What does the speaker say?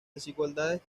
desigualdades